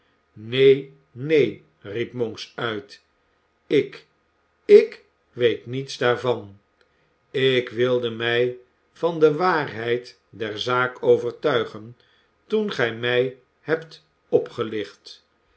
neen neen riep monks uit ik ik weet niets daarvan ik wilde mij van de waarheid der zaak overtuigen toen gij mij hebt opgelicht